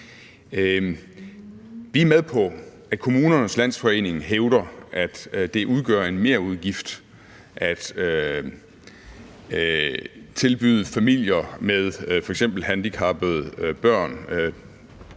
Vi er med på, at Kommunernes Landsforening hævder, at det udgør en merudgift at tilbyde familier med f.eks. handicappede børn